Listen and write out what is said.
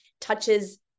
touches